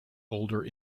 older